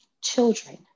children